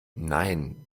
nein